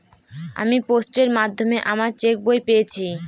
আমি পোস্টের মাধ্যমে আমার চেক বই পেয়েছি